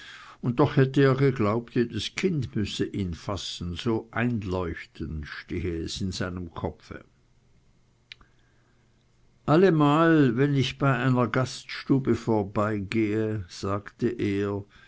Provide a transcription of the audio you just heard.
und doch hätte er geglaubt jedes kind müsse ihn fassen so einleuchtend stehe es in seinem kopfe allemal wenn ich bei einer gaststube vorbeigehe sagte er